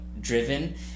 driven